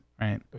right